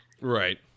right